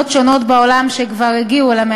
חבר הכנסת ביטן, אולי תשבו כדי שיהיה פחות רעש.